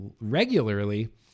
regularly